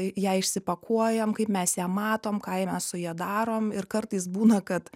ją išsipakuojam kaip mes ją matom ką mes su ja darom ir kartais būna kad